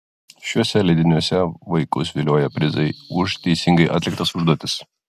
šiuose leidiniuose vaikus vilioja prizai už teisingai atliktas užduotis